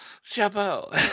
chapeau